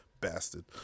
bastard